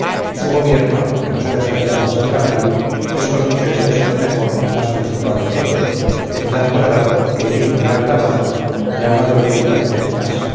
y su gobierno que los persas llaman satrapia es con mucho exceso el mejor y más principal de todos en tanto grado que el hijo de artabazo llamado